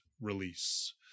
release